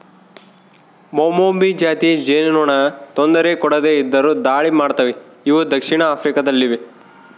ಮೌಮೌಭಿ ಜಾತಿ ಜೇನುನೊಣ ತೊಂದರೆ ಕೊಡದೆ ಇದ್ದರು ದಾಳಿ ಮಾಡ್ತವೆ ಇವು ದಕ್ಷಿಣ ಆಫ್ರಿಕಾ ದಲ್ಲಿವೆ